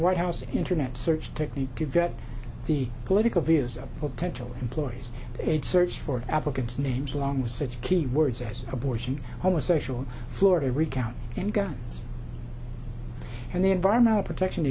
the white house internet search technique to vet the political views of potential employees and search for applicants names along with such keywords as abortion homosexual florida recount and gun and the environmental protection